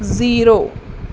zero